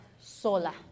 sola